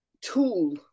tool